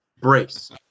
brace